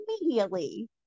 immediately